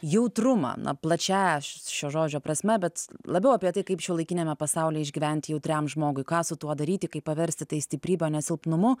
jautrumą na plačiąja šio žodžio prasme bet labiau apie tai kaip šiuolaikiniame pasaulyje išgyventi jautriam žmogui ką su tuo daryti kaip paversti tai stiprybe o ne silpnumu